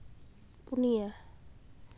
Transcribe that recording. ᱯᱩᱱᱭᱟᱹ